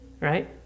right